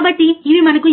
voltage ప్రయోగం సరియైనది